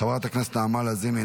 חברת הכנסת נעמה לזימי,